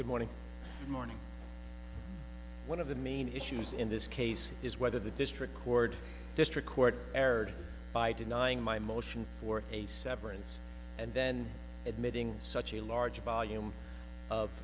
the morning morning one of the main issues in this case is whether the district court district court erred by denying my motion for a severance and then admitting such a large volume of